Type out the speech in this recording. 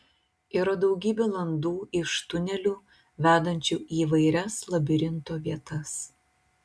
yra daugybė landų iš tunelių vedančių į įvairias labirinto vietas